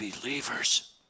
believers